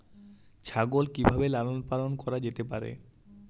ছাগল কি ভাবে লালন পালন করা যেতে পারে?